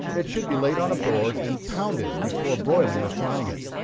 it should be laid on a board and pounded, before broiling or frying it.